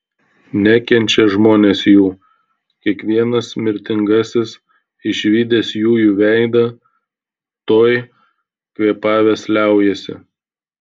nekenčia žmonės jų kiekvienas mirtingasis išvydęs jųjų veidą tuoj kvėpavęs liaujasi